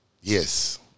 Yes